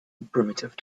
primitive